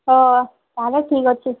ହଁ ତା'ହେଲେ ଠିକ ଅଛି